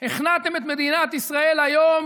הכנעתם את מדינת ישראל היום